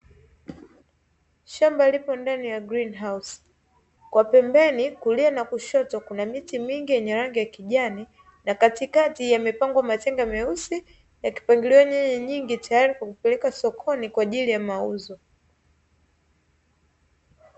Shamba lipo ndani ya grini hausi kwa pembeni kulia na kushoto kuna miti mingi ya rangi ya kijani, na katikati yamepangwa matenga meusi yakipangiliwa nyanya nyingi tayari kwa kupelekwa sokoni kwa ajili ya mauzo.